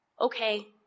okay